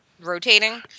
rotating